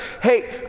hey